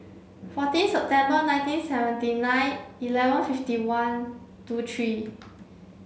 fourteen September nineteen seventy nine eleven fifty one two three